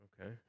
okay